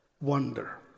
wonder